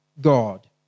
God